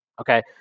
okay